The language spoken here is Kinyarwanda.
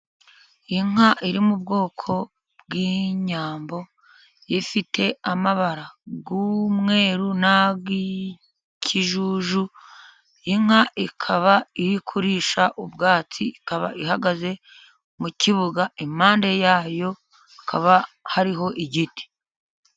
Inka iri mu bwoko bw'inyambo. Ifite amabara y'umweru n'ay'ikijuju. Inka ikaba iri kurisha ubwatsi, ikaba ihagaze mu kibuga. impande yayo hakaba hariho igiti.